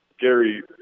Gary